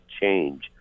change